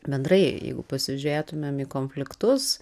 bendrai jeigu pasižiūrėtumėm į konfliktus